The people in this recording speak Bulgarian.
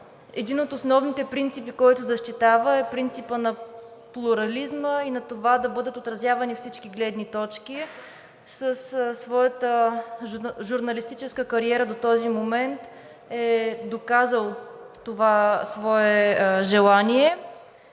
Един от основните принципи, който защитава, е принципът на плурализма и на това да бъдат отразявани всички гледни точки. Със своята журналистическа кариера до този момент е доказал това свое желание.